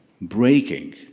breaking